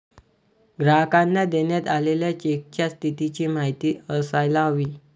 ग्राहकांना देण्यात आलेल्या चेकच्या स्थितीची माहिती असायला हवी